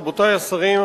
רבותי השרים,